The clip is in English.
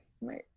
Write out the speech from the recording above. right